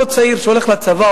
אותו צעיר שהולך לצבא,